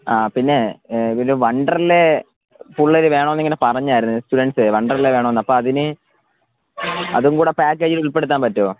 ആ പിന്നെ ഇവരെ വണ്ടർലേ പിള്ളേർ വേണം എന്നിങ്ങനെ പറഞ്ഞായിരുന്നു സ്റ്റുഡൻറ്സേ വണ്ടർല വേണം എന്ന് അപ്പം അതിന് അതും കൂടെ പാക്കേജിൽ ഉൾപ്പെടുത്താൻ പറ്റുവോ